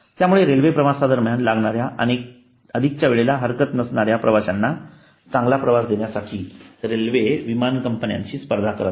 त्यामुळे रेल्वे प्रवासादरम्यान लागणाऱ्या अधिकच्या वेळेला हरकत नसणाऱ्या प्रवाश्याना चांगला प्रवास देण्यासाठी रेल्वे विमान कंपन्यांशी स्पर्धा करत आहेत